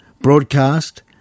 broadcast